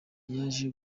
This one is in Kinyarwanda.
yaje